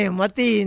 mati